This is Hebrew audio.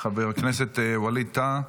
חבר הכנסת ווליד טאהא,